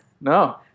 No